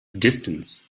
distance